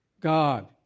God